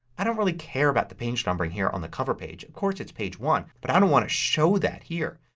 i don't really care about the page numbering here on the cover page. of course it's page one but i don't want to show that here.